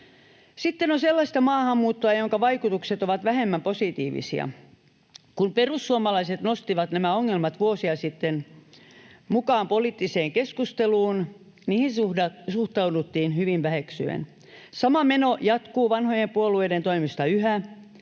Sitten on sellaista maahanmuuttoa, jonka vaikutukset ovat vähemmän positiivisia. Kun perussuomalaiset nostivat nämä ongelmat vuosia sitten mukaan poliittiseen keskusteluun, niihin suhtauduttiin hyvin väheksyen. Sama meno jatkuu vanhojen puolueiden toimesta yhä,